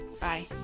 Bye